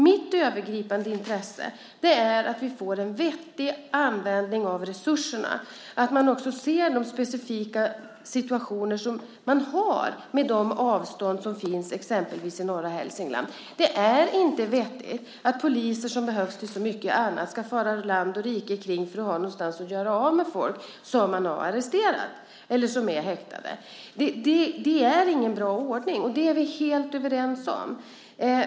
Mitt övergripande intresse är att vi får en vettig användning av resurserna, och att man också ser de specifika situationer som uppstår i och med de avstånd som finns exempelvis i norra Hälsingland. Det är inte vettigt att poliser som behövs till så mycket annat ska fara land och rike kring för att ha någonstans att placera folk som man har arresterat eller som är häktade. Det är ingen bra ordning. Det är vi helt överens om.